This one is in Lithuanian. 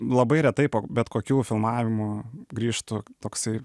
labai retai po bet kokių filmavimų grįžtu toksai